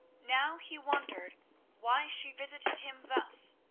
now he wondered why she visited him thus,